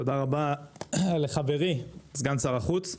תודה רבה לחברי סגן שר החוץ.